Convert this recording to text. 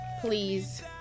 please